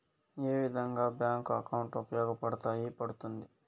ఏ విధంగా bank account ఉపయోగపడతాయి పడ్తుంది